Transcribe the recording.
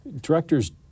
Directors